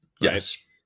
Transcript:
Yes